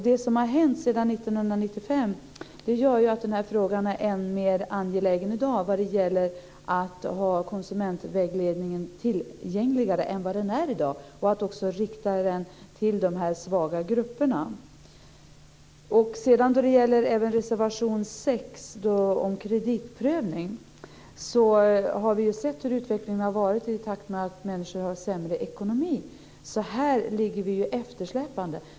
Det som har hänt sedan 1995 gör att det är än mer angeläget att ha konsumentvägledningen tillgängligare än vad den är i dag och att också rikta den till de svaga grupperna. När det gäller reservation 6, om kreditprövning, har vi sett hur utvecklingen har varit i takt med att människor har fått sämre ekonomi, så här släpar vi efter.